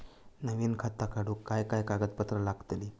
नवीन खाता काढूक काय काय कागदपत्रा लागतली?